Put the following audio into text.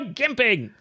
gimping